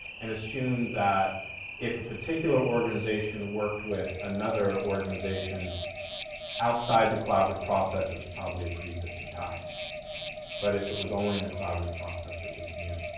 and assume that if a particular organization worked with another organization outside the collaborative process, it was probably a preexisting tie but if it was only in the collaborative process it was new.